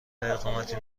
اقامتی